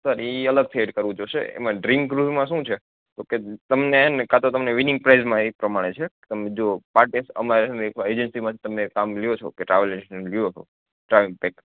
sir ઈ અલગથી add કરવું જોસે એમા ડ્રિંગકલુજ માં શું છે ઓકે તેમને હેને કા તો તમને વિનિગ પ્રાઈજમાં ઇ પ્રમાણે છે તમને જો પાટેસ અમારે છે ને એકવાર એજન્સીમાં તમને કામ લ્યો છો ટ્રાવેલ લ્યો છો ટ્રાવેલ પેક